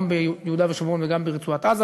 גם ביהודה ושומרון וגם ברצועת-עזה,